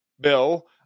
bill